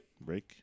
break